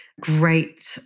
great